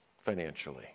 financially